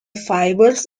fibers